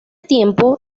tiempo